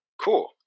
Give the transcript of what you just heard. Cool